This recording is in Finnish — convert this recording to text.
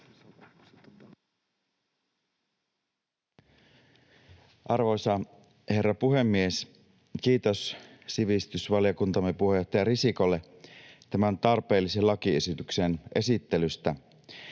Arvoisa herra puhemies! Kiitos sivistysvaliokuntamme puheenjohtaja Risikolle tämän tarpeellisen lakiesityksen esittelystä,